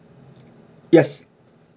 yes